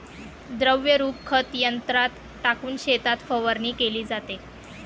द्रवरूप खत यंत्रात टाकून शेतात फवारणी केली जाते